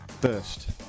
first